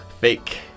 Fake